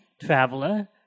traveler